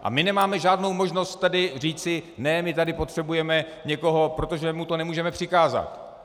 A my nemáme žádnou možnost tady říci: ne, my tady potřebujeme někoho, protože mu to nemůžeme přikázat.